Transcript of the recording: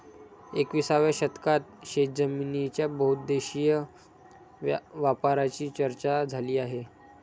एकविसाव्या शतकात शेतजमिनीच्या बहुउद्देशीय वापराची चर्चा झाली आहे